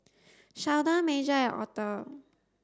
Sheldon Major and Author